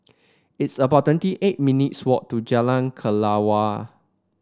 it's about twenty eight minutes' walk to Jalan Kelawar